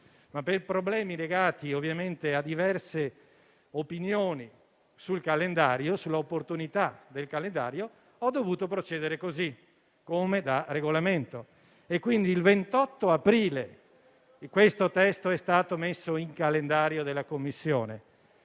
fa. Per problemi legati ovviamente a diverse opinioni sul calendario e sull'opportunità del calendario stesso, ho dovuto procedere così, come da Regolamento. Il 28 aprile questo testo è stato messo nel calendario della Commissione